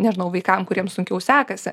nežinau vaikam kuriems sunkiau sekasi